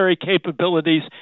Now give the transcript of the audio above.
capabilities